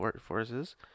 forces